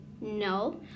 No